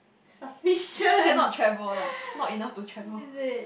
sufficient is it